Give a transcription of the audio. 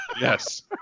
yes